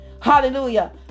Hallelujah